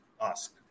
ask